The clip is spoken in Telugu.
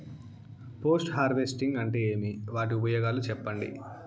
పోస్ట్ హార్వెస్టింగ్ అంటే ఏమి? వాటి ఉపయోగాలు చెప్పండి?